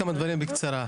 בקצרה.